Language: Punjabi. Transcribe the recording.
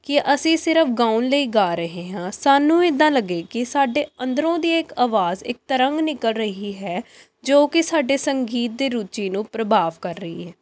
ਕਿ ਅਸੀਂ ਸਿਰਫ਼ ਗਾਉਣ ਲਈ ਗਾ ਰਹੇ ਹਾਂ ਸਾਨੂੰ ਇੱਦਾਂ ਲੱਗੇ ਕਿ ਸਾਡੇ ਅੰਦਰੋਂ ਦੀ ਇੱਕ ਆਵਾਜ਼ ਇੱਕ ਤਰੰਗ ਨਿਕਲ ਰਹੀ ਹੈ ਜੋ ਕਿ ਸਾਡੇ ਸੰਗੀਤ ਦੀ ਰੁਚੀ ਨੂੰ ਪ੍ਰਭਾਵ ਕਰ ਰਹੀ ਹੈ